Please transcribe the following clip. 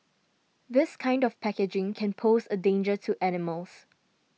this kind of packaging can pose a danger to animals